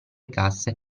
casse